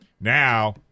now